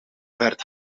werd